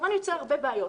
כמובן שזה יוצר הרבה בעיות.